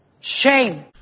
Shame